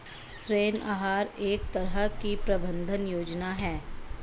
ऋण आहार एक तरह की प्रबन्धन योजना है